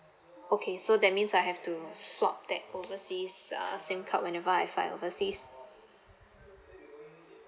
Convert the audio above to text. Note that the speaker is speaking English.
okay so that means I have to swap that overseas uh SIM card whenever I fly overseas